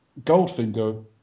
Goldfinger